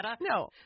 No